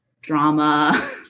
drama